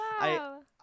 Wow